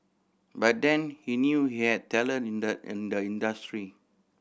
by then he knew he had talent in the in the industry